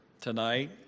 tonight